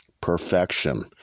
Perfection